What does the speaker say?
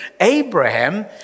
Abraham